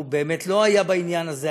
והוא באמת לא היה בעניין הזה,